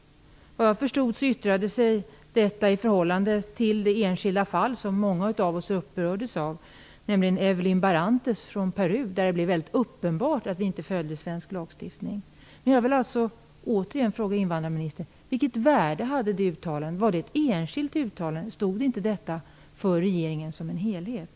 Såvitt jag förstod gjordes detta yttrande i förhållande till det enskilda fall som många av oss upprördes av, nämligen Evelyn Barrantes från Peru. Där blev det väldigt uppenbart att vi inte följde svensk lagstiftning. Vilket värde hade det uttalandet? Var det ett enskilt uttalande? Stod det inte för regeringen som helhet?